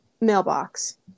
mailbox